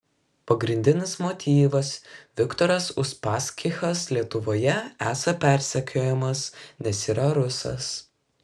pagrindinis motyvas viktoras uspaskichas lietuvoje esą persekiojamas nes yra rusas